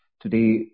Today